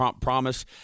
promise